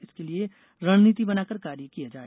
इसके लिए रणनीति बनाकर कार्य किया जाए